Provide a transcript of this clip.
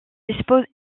dispose